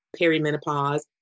perimenopause